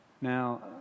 now